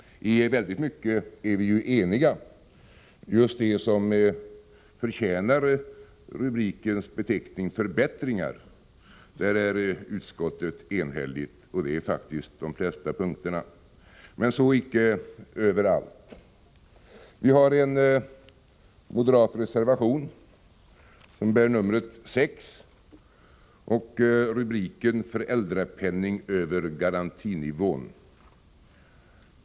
I väldigt mycket är vi ju eniga. Beträffande just det som förtjänar rubrikens beteckning förbättringar är utskottet enhälligt, och det gäller faktiskt de flesta punkterna, men så icke överallt. Vi har en moderat reservation, nr 6, med rubriken Föräldrapenning över garantinivån.